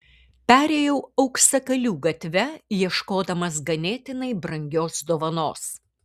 perėjau auksakalių gatve ieškodamas ganėtinai brangios dovanos